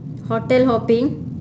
hotel hopping